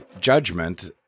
judgment